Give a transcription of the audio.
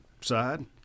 side